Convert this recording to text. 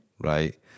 right